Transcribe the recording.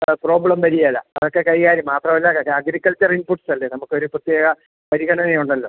ആ പ്രോബ്ലം വരുകയില്ല അതൊക്കെ കൈകാര്യം മാത്രം അല്ല അഗ്രികൾച്ചർ ഇൻപുട്ട്സല്ലേ നമുക്കൊരു പ്രത്യേക പരിഗണനയുണ്ടല്ലോ